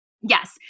Yes